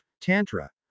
Tantra